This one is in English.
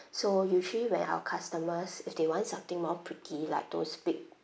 so usually when our customers if they want something more pretty like those big